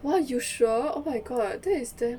!wah! you sure oh my god that is damn